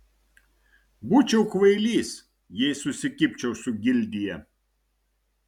būčiau kvailys jei susikibčiau su gildija